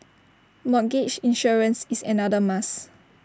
mortgage insurance is another must